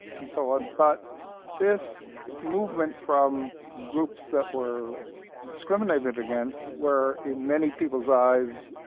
and so on. but this movement from groups that were discriminated against, were in many peoples' eyes,